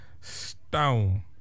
Stone